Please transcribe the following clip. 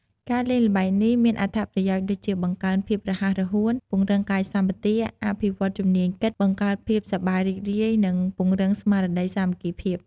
ការលេងល្បែងនេះមានអត្ថប្រយោជន៍ដូចជា បង្កើនភាពរហ័សរហួន ពង្រឹងកាយសម្បទា អភិវឌ្ឍជំនាញគិត បង្កើតភាពសប្បាយរីករាយនិងពង្រឹងស្មារតីសាមគ្គីភាព។